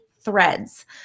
threads